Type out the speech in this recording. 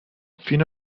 fino